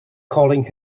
calling